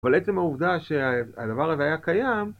ולעצם העובדה שהדבר הזה היה קיים